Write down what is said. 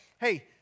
hey